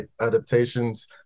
adaptations